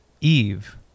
Eve